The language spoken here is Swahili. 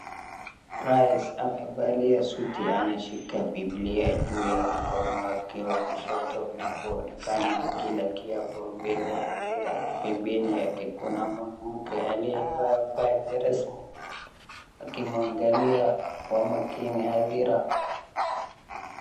Rais amevalia suti anashika bibilia juu ya mkono wake wa kushoto na kuonekana akila kiapo mbele ya hadhira, pembeni yake kuna mwanamke aliyevaa vazi rasmi akimwangalia kwa makini hadhira.